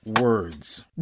words